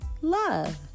love